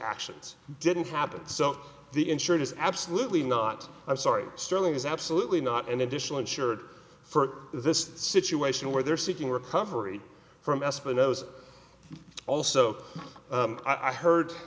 actions didn't happen so the insured is absolutely not i'm sorry sterling is absolutely not an additional insured for this situation where they're seeking recovery from espinosa also i heard